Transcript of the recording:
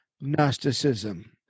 Gnosticism